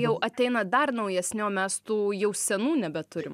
jau ateina dar naujesni o mes tų jau senų nebeturim